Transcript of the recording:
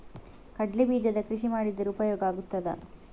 ಕಡ್ಲೆ ಬೀಜದ ಕೃಷಿ ಮಾಡಿದರೆ ಉಪಯೋಗ ಆಗುತ್ತದಾ?